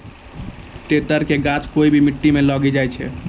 तेतर के गाछ कोय भी मिट्टी मॅ लागी जाय छै